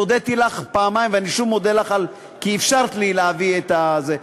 הודיתי לך פעמיים ואני שוב מודה לך כי אפשרת לי להביא את זה.